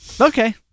Okay